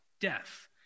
death